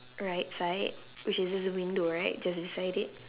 right side which is just a window right just beside it